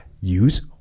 use